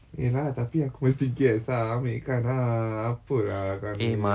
iya lah tapi aku masih guest ah ambilkan ah apa lah kau ni